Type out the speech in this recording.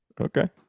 Okay